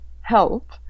help